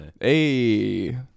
Hey